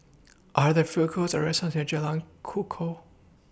Are There Food Courts Or restaurants near Jalan Kukoh